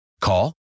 Call